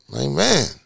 Amen